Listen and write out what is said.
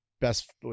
best